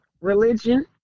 religion